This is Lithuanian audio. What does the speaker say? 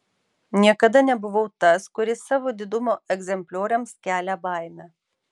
niekada nebuvau tas kuris savo didumo egzemplioriams kelia baimę